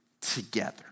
together